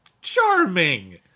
charming